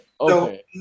Okay